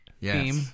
theme